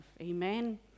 amen